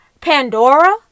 pandora